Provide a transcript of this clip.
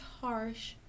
harsh